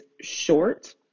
short